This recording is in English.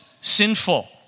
sinful